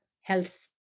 health